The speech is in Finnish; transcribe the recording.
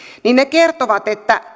niin ne kertovat että